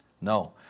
No